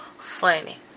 funny